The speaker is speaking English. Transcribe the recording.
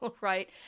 right